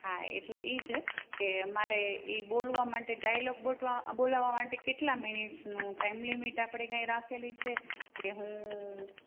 હા એટલે એ છે કે મારે એ બોલવા માટે ડાઈલોગ બોલાવવા માટે કેટલા મિનિટનું ટાઈમ લિમિટ આપણે કાંઈ રાખેલી છે કે હું